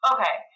Okay